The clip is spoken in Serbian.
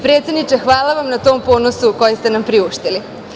Predsedniče, hvala vam na tom ponosu koji ste nam priuštili.